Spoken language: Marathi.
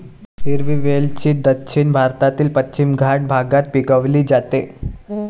हिरवी वेलची दक्षिण भारतातील पश्चिम घाट भागात पिकवली जाते